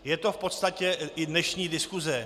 Je to v podstatě i dnešní diskuse.